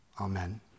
Amen